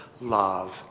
love